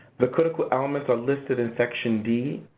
the critical elements are listed in section d,